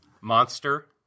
Monster